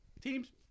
Teams